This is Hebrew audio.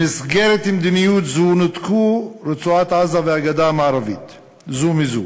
במסגרת מדיניות זו נותקו רצועת-עזה והגדה המערבית זו מזו